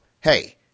hey